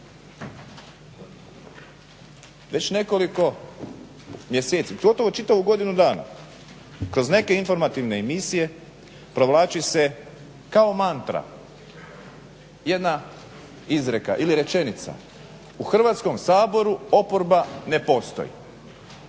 Već nekoliko mjeseci, gotovo čitavu godinu dana kroz neke informativne emisije provlači se kao mantra jedna izreka ili rečenica: „U Hrvatskom saboru oporba ne postoji.“